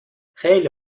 خیلی